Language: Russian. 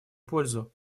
пользу